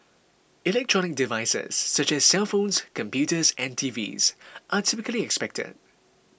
electronic devices such as cellphones computers and TVs are typically expected